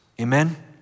Amen